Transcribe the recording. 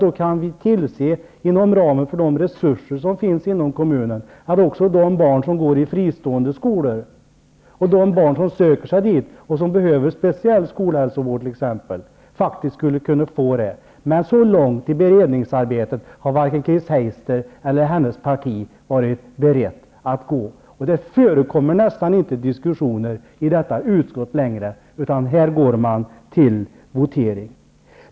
Då kan vi inom ramen för de resurser som finns i kommunen tillse att även barn som går i fristående skolor och som t.ex. behöver speciell skolhälsovård faktiskt skulle kunna få det. Men så långt i beredningsarbetet har varken Chris Heister eller hennes parti varit berett att gå. Det förekommer nästan inte några diskussioner i detta utskott längre, utan här går man till votering.